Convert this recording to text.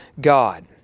God